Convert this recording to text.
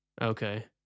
Okay